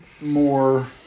more